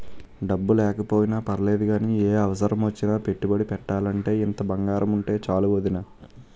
డబ్బు లేకపోయినా పర్లేదు గానీ, ఏ అవసరమొచ్చినా పెట్టుబడి పెట్టాలంటే ఇంత బంగారముంటే చాలు వొదినా